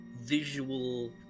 visual